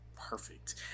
Perfect